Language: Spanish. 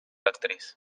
actriz